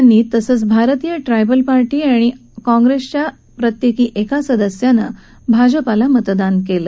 यांनी तसंच Bharatiya tribal party आणि काँप्रेसच्या प्रत्येकी एका सदस्यानं भाजपाला मतदान केलं